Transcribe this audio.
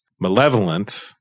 malevolent